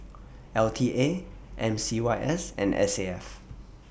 L T A M C Y S and S A F